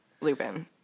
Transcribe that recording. Lupin